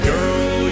Girl